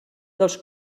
dels